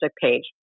page